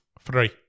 Three